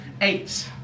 Eight